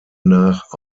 nach